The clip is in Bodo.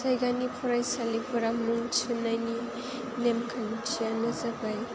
जायगानि फरायसालिफोराव मुं थिसननायनि नेम खान्थियानो जाबाय